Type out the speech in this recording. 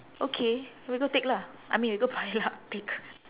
okay we go take lah I mean we go buy lah take